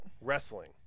Wrestling